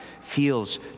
feels